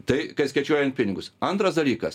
tai kai skaičiuojant pinigus antras dalykas